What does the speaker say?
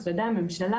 משרדי הממשלה,